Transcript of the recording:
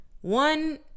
One